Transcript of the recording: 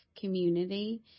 community